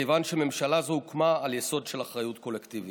מכיוון שממשלה זו הוקמה על יסוד של אחריות קולקטיבית.